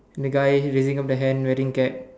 the guy raising up the hand wearing a cap